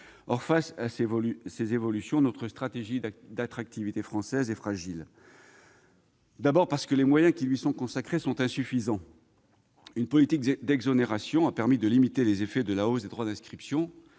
à de telles évolutions, notre stratégie d'attractivité est fragile. D'abord, les moyens qui lui sont consacrés sont insuffisants. Une politique d'exonérations a permis de limiter les effets de la hausse des droits d'inscription.